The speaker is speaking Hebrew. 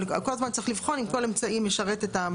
אבל כל הזמן צריך לבחון אם כל אמצעי משרת את,